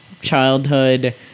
childhood